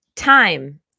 Time